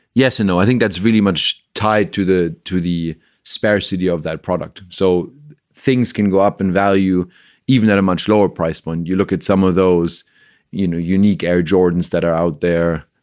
yes or and no? i think that's really much tied to the to the sparsity of that product. so things can go up in value even at a much lower price. when you look at some of those you know unique air jordans that are out there,